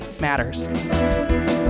matters